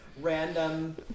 random